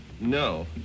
no